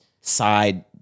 side-